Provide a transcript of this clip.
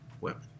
weapon